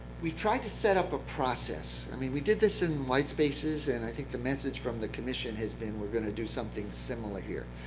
we've tried to set up a process. i mean we did this in white spaces, and i think the message from the commission has been we're going to do something similar here.